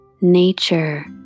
Nature